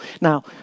Now